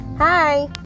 Hi